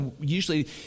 usually